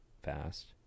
Fast